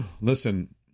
Listen